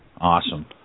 Awesome